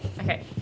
Okay